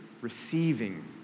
receiving